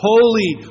Holy